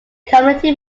community